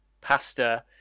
pasta